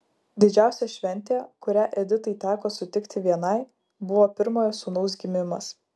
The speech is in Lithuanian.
didžiausia šventė kurią editai teko sutikti vienai buvo pirmojo sūnaus gimimas